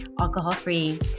alcohol-free